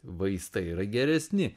vaistai yra geresni